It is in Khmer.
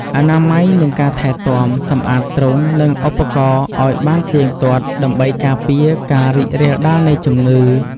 អនាម័យ និងការថែទាំ សម្អាតទ្រុង និងឧបករណ៍ឲ្យបានទៀងទាត់ដើម្បីការពារការរីករាលដាលនៃជំងឺ។